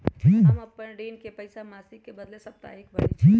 हम अपन ऋण के पइसा मासिक के बदले साप्ताहिके भरई छी